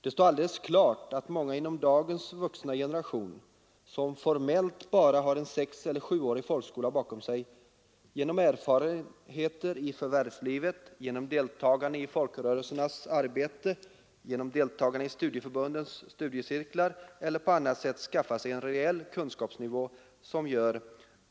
Det står alldeles klart att många inom dagens vuxna generation, som formellt bara har en 6 eller 7-årig folkskola bakom sig, genom erfarenheter i förvärvslivet, genom deltagande i folkrörelsernas arbete, genom deltagande i studieförbundens studiecirklar eller på annat sätt skaffat sig en reell kunskapsnivå som gör